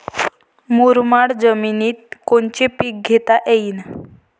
मुरमाड जमिनीत कोनचे पीकं घेता येईन?